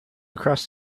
across